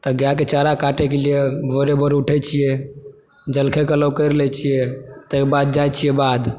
तऽ गायके चारा काटयके लिए भोरे भोर उठै छियै जलखइ करि लै छियै तकर बाद जाइ छी बाध